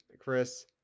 Chris